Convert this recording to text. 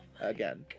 again